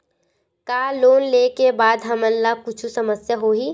का लोन ले के बाद हमन ला कुछु समस्या होही?